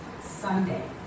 Sunday